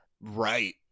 Right